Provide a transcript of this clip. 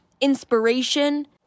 inspiration